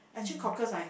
mm